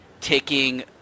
taking